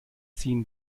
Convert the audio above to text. ziehen